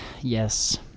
Yes